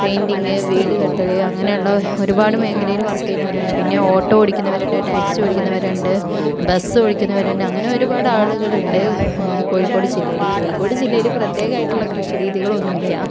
painting വീട് കെട്ടൽ അങ്ങനെയുള്ള ഒരുപാട് മേഖലയിൽ വർക്ക് ചെയ്യുന്നവരുണ്ട് പിന്നെ ഓട്ടോ ഓടിക്കുന്നവരുണ്ട് ടാക്സി ഓടിക്കുന്നവരുണ്ട് ബസ് ഓടിക്കുന്നവരുണ്ട് അങ്ങനെ ഒരുപാട് ആളുകളുണ്ട് കോഴിക്കോട് ജില്ലയിൽ കോഴിക്കോട് ജില്ലയിൽ പ്രത്യേകമായിട്ടുള്ള കൃഷി രീതികളൊന്നുമില്ല